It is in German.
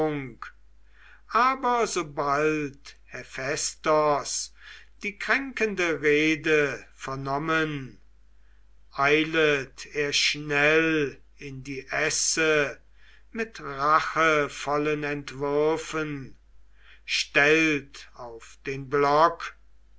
aber sobald hephaistos die kränkende rede vernommen eilet er schnell in die esse mit rachevollen entwürfen stellt auf den block